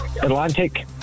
Atlantic